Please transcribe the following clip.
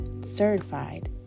certified